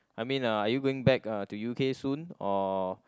I mean uh are you going back uh to U_K soon or